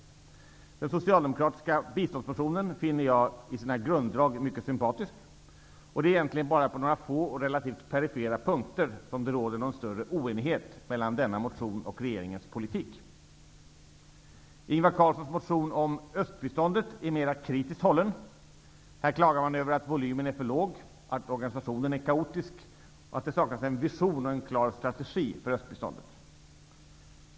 Den socialdemokratiska biståndsmotionen finner jag i sina grunddrag mycket sympatiskt. Det är egentligen bara på några få och relativt perifera punkter som det råder någon större oenighet mellan denna motion och regeringens politik. Ingvar Carlssons motion om östbiståndet är mer kritiskt hållen. Här klagar man över att volymen är för låg, att organisationen är kaotisk och att det saknas en vision och en klar strategi för östbiståndet.